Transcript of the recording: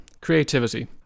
creativity